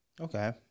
Okay